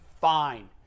fine